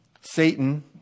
Satan